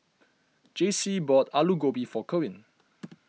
Jaycee bought Alu Gobi for Kerwin